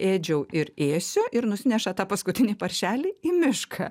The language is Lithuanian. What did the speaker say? ėdžiau ir ėsiu ir nusineša tą paskutinį paršelį į mišką